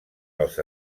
als